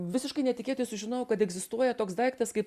visiškai netikėtai sužinojau kad egzistuoja toks daiktas kaip